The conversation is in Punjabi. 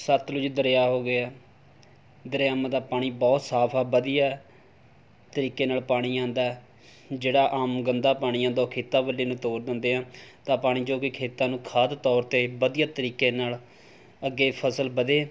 ਸਤਲੁਜ ਦਰਿਆ ਹੋ ਗਿਆ ਦਰਿਆਵਾਂ ਦਾ ਪਾਣੀ ਬਹੁਤ ਸਾਫ ਆ ਵਧੀਆ ਤਰੀਕੇ ਨਾਲ ਪਾਣੀ ਆਉਂਦਾ ਜਿਹੜਾ ਆਮ ਗੰਦਾ ਪਾਣੀ ਆਉਂਦਾ ਉਹ ਖੇਤਾਂ ਵੱਲੇ ਨੂੰ ਤੋਰ ਦਿੰਦੇ ਆ ਤਾਂ ਪਾਣੀ ਜੋ ਕਿ ਖੇਤਾਂ ਨੂੰ ਖਾਦ ਦੇ ਤੌਰ 'ਤੇ ਵਧੀਆ ਤਰੀਕੇ ਨਾਲ ਅੱਗੇ ਫਸਲ ਵਧੇ